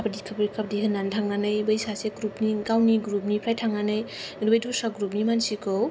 काबादि काबादि होनना थांनानै सासे ग्रुपनि गावनि ग्रुपनिफ्राय थांनानै ओमफ्राय दस्रा ग्रुपनि मानसिखौ